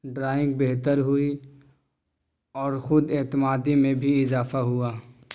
drawing بہتر ہوئی اور خود اعتمادی میں بھی اضافہ ہوا